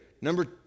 Number